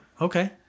okay